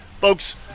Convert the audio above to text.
Folks